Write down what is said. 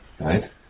right